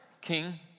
king